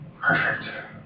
Perfect